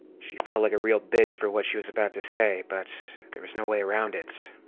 she felt like a real bitch for what she was about to say, but there was no way around it.